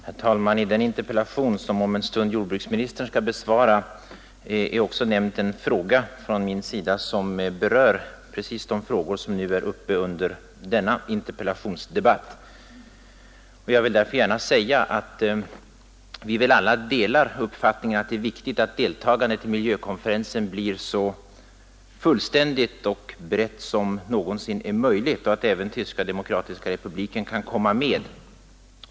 Herr talman! I den interpellation som jordbruksministern om en stund skall besvara finns också en fråga från min sida som berör precis de spörsmål som är uppe till behandling i denna interpellationsdebatt. Jag vill därför gärna säga att vi väl alla delar uppfattningen att det är viktigt att deltagandet i miljövårdskonferensen blir så fullständigt och brett som det någonsin är möjligt och att även Tyska demokratiska republiken kan komma med.